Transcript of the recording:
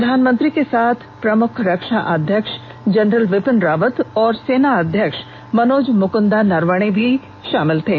प्रधानमंत्री के साथ प्रमुख रक्षा अध्यक्ष जनरल बिपिन रावत और सेना अध्यक्ष मनोज मुकुन्दा नरवणे भी थे